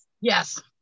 Yes